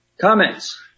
Comments